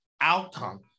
outcome